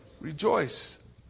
Rejoice